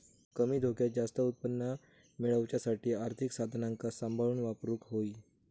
कमी धोक्यात जास्त उत्पन्न मेळवच्यासाठी आर्थिक साधनांका सांभाळून वापरूक होई